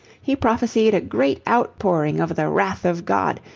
he prophesied a great outpouring of the wrath of god,